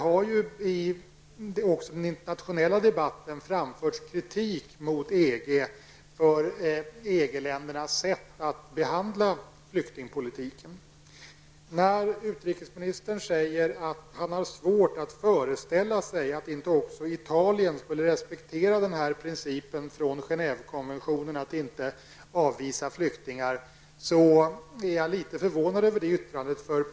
Även i den internationella debatten har det framförts kritik mot EG för EG-ländernas sätt att hantera flyktingpolitiken. När utrikesministern säger att han har svårt att föreställa sig att Italien inte skulle respektera principen i Genèvekonventionen om att inte avvisa flyktingar, blir jag litet förvånad.